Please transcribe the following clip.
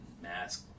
Mask